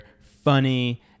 funny